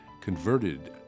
converted